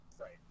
right